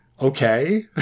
okay